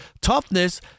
toughness